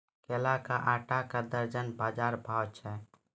केला के आटा का दर्जन बाजार भाव छ?